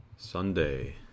Sunday